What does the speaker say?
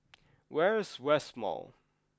where is West Mall